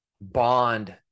bond